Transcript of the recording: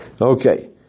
Okay